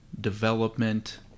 development